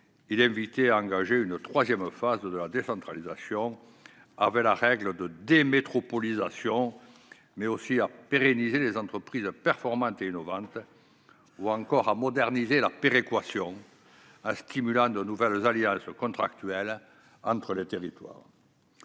également à engager une troisième phase de la décentralisation, avec la « règle de " démétropolisation "», mais également à pérenniser les entreprises performantes et innovantes, ou encore à « moderniser la péréquation et [à] stimuler de nouvelles alliances contractuelles » entre les territoires.